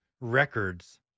records